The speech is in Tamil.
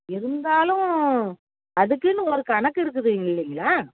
இருந்தாலும் அதுக்குன்னு ஒரு கணக்கு இருக்குது இல்லேங்களா